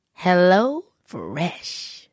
HelloFresh